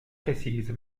précise